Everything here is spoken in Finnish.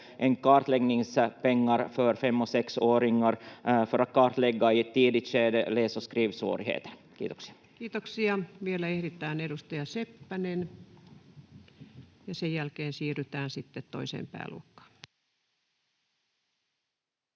kartläggningspengar för fem- och sexåringar för att kartlägga läs- och skrivsvårigheter i ett tidigt skede. — Kiitoksia. Kiitoksia. — Vielä ehditään, edustaja Seppänen. Sen jälkeen siirrytään toiseen pääluokkaan.